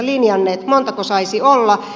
montako saisi olla